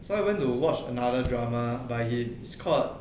so I went to watch another drama by him is called